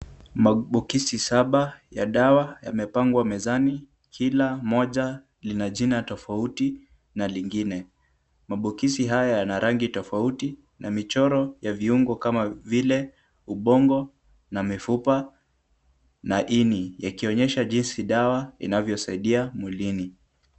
Maboksi saba ya dawa yamepangwa mezani. Kila moja lina jina tofauti na lingine. Maboksi haya yana rangi tofauti na michoro ya viungo kama vile ubongo na mifupa na ini yakionyesha jinsi dawa inavyosaidia mwilini.